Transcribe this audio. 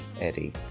Eddie